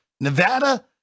Nevada